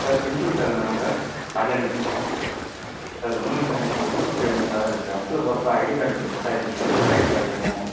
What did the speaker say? sir principal sir தானா sir Rajendran sir sir ஒன்றுல்ல sir நேற்று ஊருக்கு பேயிருந்தேன் சார் பஸ்ஸில போறப்போ ஐடி கார்டு கொஞ்சம் மிஸ் ஆயிடுச்சு சார் புது ஐடி கார்டு வேணும்